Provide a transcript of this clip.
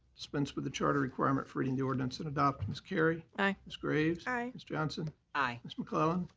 dispense with the charter requirement for reading the ordinance and adopt. ms. carry. aye. ms. graves. aye. ms. johnson. aye. ms. mcclellan.